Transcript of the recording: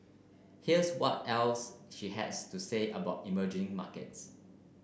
here's what else she has to say about emerging markets